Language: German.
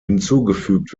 hinzugefügt